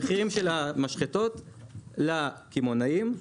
המחירים של המשחטות לקמעונאים.